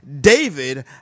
David